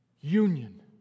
union